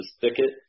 thicket